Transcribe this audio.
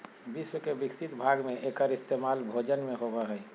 विश्व के विकसित भाग में एकर इस्तेमाल भोजन में होबो हइ